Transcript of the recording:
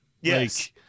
Yes